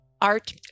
art